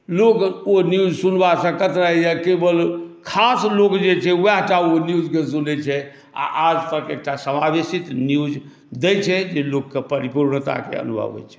लोक ओ न्यूज सुनबासँ कतराइत रहैया केवल खास लोक जे छै वएह टा ओ न्यूजके सुनै छै आ आजतक एक समावेशित न्यूज दै छै जे लोककेँ परिपुर्णताके अनुभव होइ छै